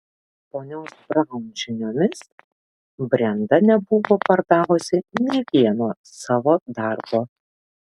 ponios braun žiniomis brenda nebuvo pardavusi nė vieno savo darbo